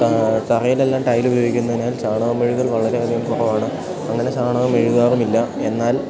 തറയിൽ എല്ലാം ടൈൽ ഉപയോഗിക്കുന്നതിനാൽ ചാണകം മെഴുകൽ വളരെ അധികം കുറവാണ് അങ്ങനെ ചാണകം മെഴുകാറുമില്ല എന്നാൽ